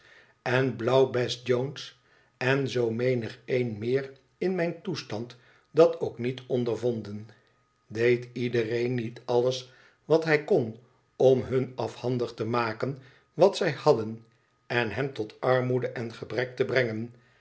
en blauwbes tones en zoo menigeen meer in mijn toestand dat ook niet ondervonden r deed iedereen niet alles wat hij kon om hun afhandig te maken wat zij hadden en hen tot armoede en gebrek te brengen